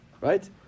right